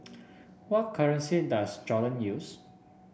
what currency does Jordan use